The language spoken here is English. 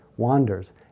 wanders